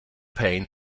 pain